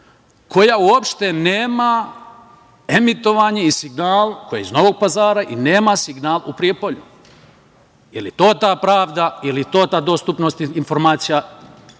koja u opšte nema emitovanje i signal koji je iz Novog Pazara i nema signal u Prijepolju? Da li je to ta pravda i da li je to ta dostupnost informacija o kojima